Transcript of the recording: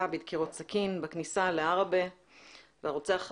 בדקירות סכין בכניסה לעראבה והרוצח עדיין,